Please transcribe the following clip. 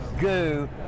goo